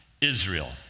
Israel